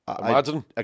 Imagine